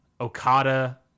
Okada